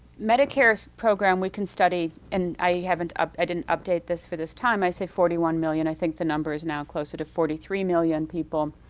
medicare's program, we can study and i haven't ah i didn't update this for this time. i say forty one million i think the number is now closer to forty three million people.